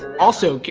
also,